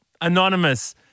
Anonymous